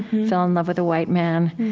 fell in love with a white man.